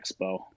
Expo